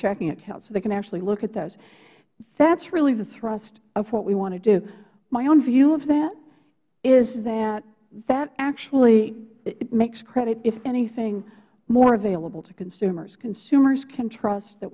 checking accounts they can actually look at those that is really the thrust of what we want to do my own view of that is that that actually makes credit if anything more available to consumers consumers can trust that